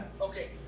okay